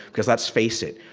because let's face it.